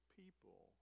people